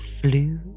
flew